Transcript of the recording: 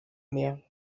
mehr